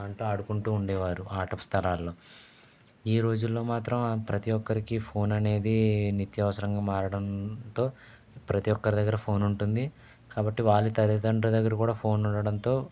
దాంతో ఆడుకుంటూ ఉండేవారు ఆట స్థలాల్లో ఈ రోజుల్లో మాత్రం ప్రతి ఒక్కరికి ఫోన్ అనేది నిత్య అవసరంగా మారడంతో ప్రతి ఒక్కరి దగ్గర ఫోన్ ఉంటుంది కాబట్టి వారి తల్లిదండ్రుల దగ్గర కూడా ఫోన్ ఉండడంతో